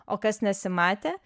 o kas nesimatė